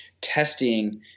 testing